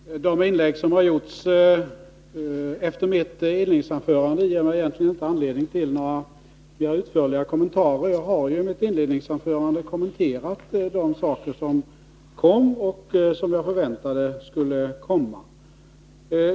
Fru talman! De inlägg som har gjorts efter mitt inledningsanförande ger mig egentligen inte anledning till några mera utförliga kommentarer. Jag har ju i mitt anförande kommenterat de saker som här har berörts och som jag förväntade skulle tas upp.